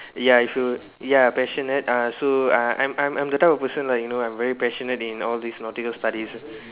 ya if you ya passionate uh so I I'm I'm the type of person like you know I'm very passionate in all these nautical studies